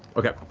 okay.